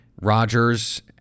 Rodgers